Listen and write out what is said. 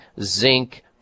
zinc